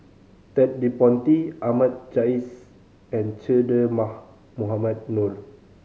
Ted De Ponti Ahmad Jais and Che Dah Mohamed Noor